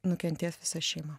nukentės visa šeima